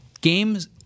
games